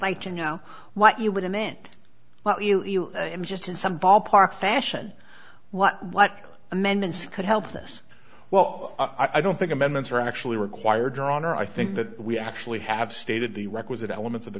like to know what you would amend what you in just in some ballpark fashion what what amendments could help this well i don't think amendments are actually required drawn or i think that we actually have stated the requisite elements of the